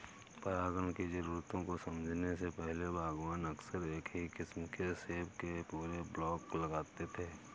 परागण की जरूरतों को समझने से पहले, बागवान अक्सर एक ही किस्म के सेब के पूरे ब्लॉक लगाते थे